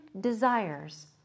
desires